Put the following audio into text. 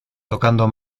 tocando